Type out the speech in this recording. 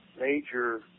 major